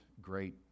great